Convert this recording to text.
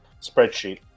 spreadsheet